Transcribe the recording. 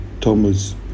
Thomas